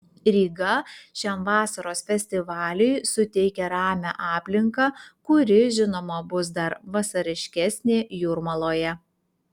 ryga šiam vasaros festivaliui suteikia ramią aplinką kuri žinoma bus dar vasariškesnė jūrmaloje